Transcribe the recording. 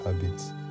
habits